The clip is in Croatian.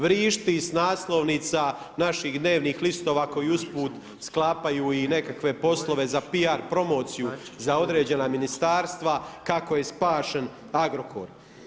Vrišti s naslovnica naših dnevnih listova koji usput sklapaju i nekakve poslove za PR promociju za određena ministarstva kako je spašen Agrokor.